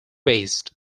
based